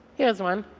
here is one,